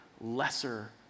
lesser